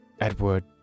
Edward